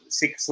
six